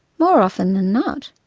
more often than not,